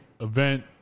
event